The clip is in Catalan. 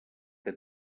que